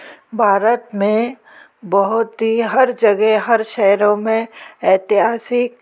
भारत में बहुत ही हर जगह हर शहरों में ऐतिहासिक